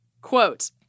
Quote